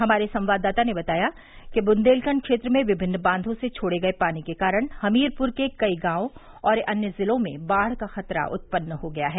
हमारे संवाददाता ने बताया बुंदेलखंड क्षेत्र में विभिन्न बांधों से छोड़े गए पानी के कारण हमीरप्र के कई गांवों और अन्य जिलों में बाढ़ का खतरा उत्पन्न हो गया है